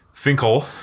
Finkel